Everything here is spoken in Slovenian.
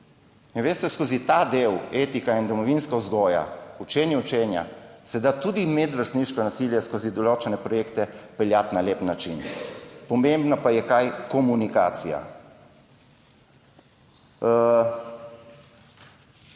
In veste, skozi ta del, etika in domovinska vzgoja, učenje učenja, se da tudi medvrstniško nasilje skozi določene projekte peljati na lep način. Pomembno pa je - kaj? Komunikacija.